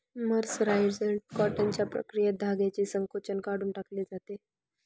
mercerised कॉटनच्या प्रक्रियेत धाग्याचे संकोचन काढून टाकले जाते